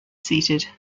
seated